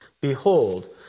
Behold